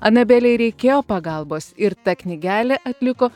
anabelei reikėjo pagalbos ir ta knygelė atliko